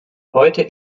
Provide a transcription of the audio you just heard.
heute